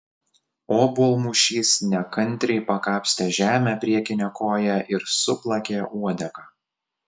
obuolmušys nekantriai pakapstė žemę priekine koja ir suplakė uodega